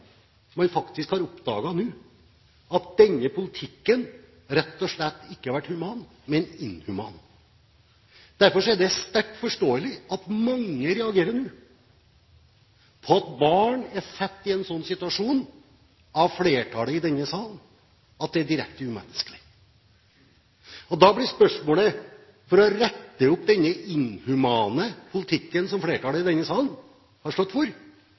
man faktisk har oppdaget nå, at denne politikken rett og slett ikke har vært human, men inhuman. Derfor er det sterkt forståelig at mange nå reagerer på at barn er satt i en slik situasjon av flertallet i denne salen at det er direkte umenneskelig. For å rette opp denne inhumane politikken som flertallet i denne salen har stått